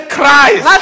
Christ